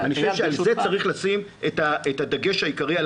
אני חושב שצריך לשים את הדגש העיקרי על